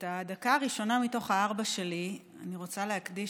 את הדקה הראשונה מתוך הארבע שלי אני רוצה להקדיש